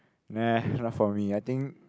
neh not for me I think